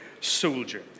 soldier